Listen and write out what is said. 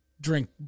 drink